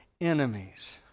enemies